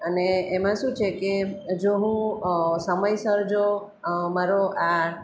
અને એમાં શું છે કે જો હું સમયસર જો મારો આ